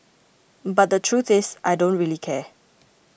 but the truth is I don't really care